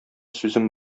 сүзем